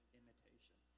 imitation